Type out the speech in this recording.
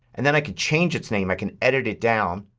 and then i can change its name. i can edit it down